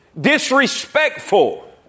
disrespectful